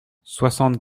soixante